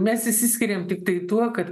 mes išsiskiriam tiktai tuo kad